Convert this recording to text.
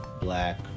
black